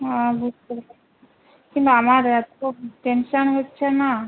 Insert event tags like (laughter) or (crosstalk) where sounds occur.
ও (unintelligible) কিন্তু আমার এত টেনশান হচ্ছে না